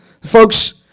Folks